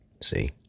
See